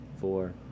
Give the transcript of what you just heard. four